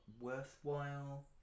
worthwhile